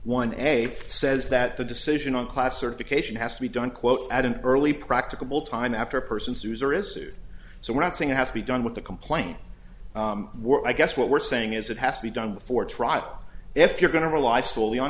one a says that the decision on class certification has to be done quote at an early practicable time after a person sues or is it so we're not saying it has to be done with the complaint i guess what we're saying is it has to be done before trial if you're going to rely solely on